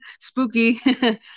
Spooky